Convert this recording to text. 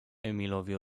emilowi